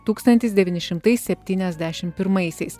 tūkstantis devyni šimtai septyniasdešim pirmaisiais